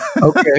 Okay